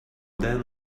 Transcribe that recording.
then